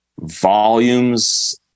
volumes